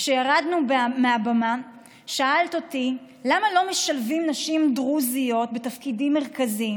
כשירדנו מהבמה שאלת אותי למה לא משלבים נשים דרוזיות בתפקידים מרכזיים,